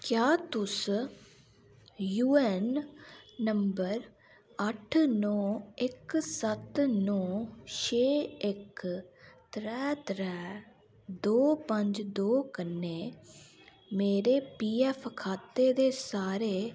क्या तुस U N number अट्ठ नौ इक सत्त नौ छे इक त्रै त्रै दो पंज दो कन्नै मेरे पी एफ खाते दे सारे